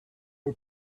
are